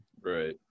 Right